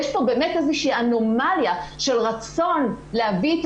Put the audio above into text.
יש פה באמת אנומליה של רצון להביא את